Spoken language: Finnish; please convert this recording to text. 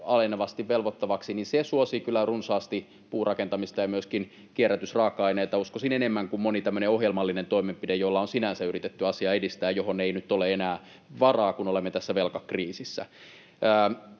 alenevasti velvoittavaksi, niin se suosii kyllä runsaasti puurakentamista ja myöskin kierrätysraaka-aineita, uskoisin, enemmän kuin moni tämmöinen ohjelmallinen toimenpide, joilla on sinänsä yritetty asiaa edistää ja joihin ei nyt ole enää varaa, kun olemme tässä velkakriisissä.